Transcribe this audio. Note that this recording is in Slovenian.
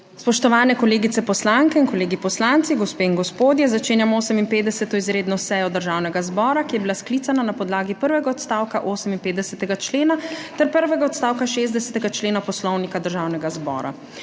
Spoštovani kolegice poslanke in kolegi poslanci, gospe in gospodje! Začenjam 58. izredno sejo Državnega zbora, ki je bila sklicana na podlagi prvega odstavka 58. člena ter prvega odstavka 60. člena Poslovnika Državnega zbora.